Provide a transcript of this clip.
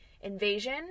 invasion